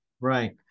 Right